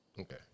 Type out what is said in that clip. okay